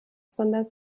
sondern